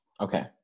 okay